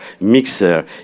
mixer